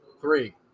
Three